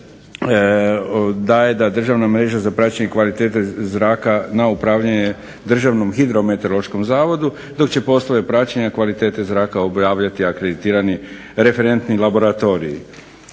daje da Državna mreža za praćenje kvalitete zraka na upravljanje Državnom hidrometeorološkom zavodu dok će poslove praćenja kvalitete zraka obavljati akreditirani referentni laboratoriji.